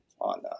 on